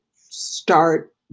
start